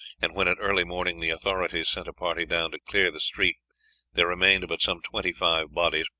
and when at early morning the authorities sent a party down to clear the street there remained but some twenty-five bodies,